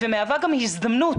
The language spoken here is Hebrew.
ומהווה גם הזדמנות